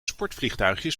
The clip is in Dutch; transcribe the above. sportvliegtuigjes